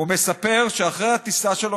הוא מספר שאחרי הטיסה שלו